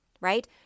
right